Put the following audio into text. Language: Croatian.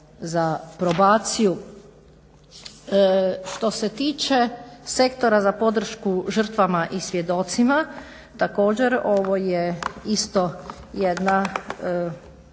za probaciju. Što se tiče Sektora za podršku žrtvama i svjedocima, također ovo je isto jedna